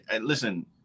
listen